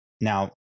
now